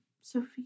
Sophie